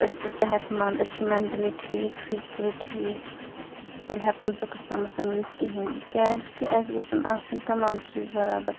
أسۍ چھِ صحت منٛد أسۍ چھِ مٮ۪نٹٔلی ٹھیٖک فِزیکٔلی ٹھیٖک تہٕ تیٚلہِ ہٮ۪کو نہٕ توٚتَس تامَتھ ؤنِتھ کِہیٖنٛۍ کیٛازِکہِ اَسہِ گژھن آسٕنۍ تَمام چیٖز بَرابَر